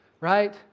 Right